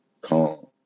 calm